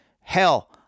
Hell